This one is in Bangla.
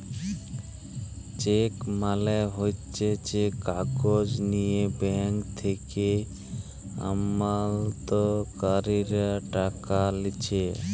চেক মালে হচ্যে যে কাগজ লিয়ে ব্যাঙ্ক থেক্যে আমালতকারীরা টাকা লিছে